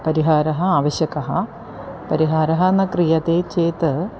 परिहारः आवश्यकः परिहारः न क्रियते चेत्